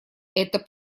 это